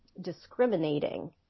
discriminating